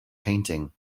painting